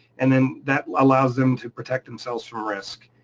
and then that allows them to protect themselves from risk.